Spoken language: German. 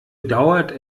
dauert